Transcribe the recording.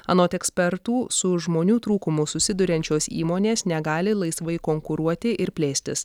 anot ekspertų su žmonių trūkumu susiduriančios įmonės negali laisvai konkuruoti ir plėstis